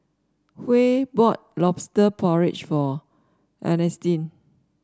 Huey bought lobster porridge for Earnestine